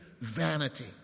vanity